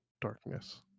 darkness